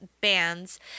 bands